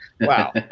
Wow